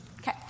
Okay